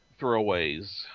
throwaways